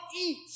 eat